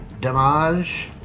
Damage